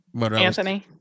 Anthony